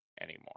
anymore